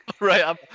Right